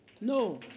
No